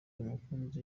mukunzi